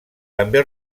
també